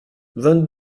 vingt